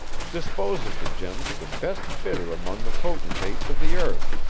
dispose of the gem to the best bidder among the potentates of the earth,